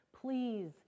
please